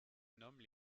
nomment